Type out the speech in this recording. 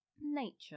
nature